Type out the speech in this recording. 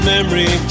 memory